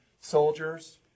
soldiers